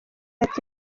ati